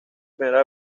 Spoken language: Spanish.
primera